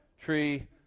tree